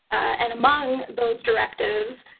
and among those directives,